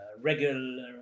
regular